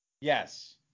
Yes